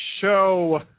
show